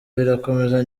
birakomeza